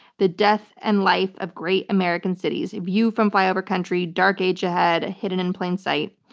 the death and life of great american cities. a view from flyover country, dark age ahead, hidden in plain sight.